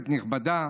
נכבדה,